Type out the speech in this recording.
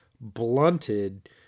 blunted